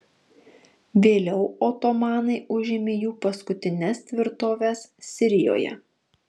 vėliau otomanai užėmė jų paskutines tvirtoves sirijoje